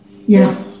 Yes